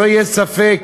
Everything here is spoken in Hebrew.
שלא יהיה ספק,